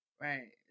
Right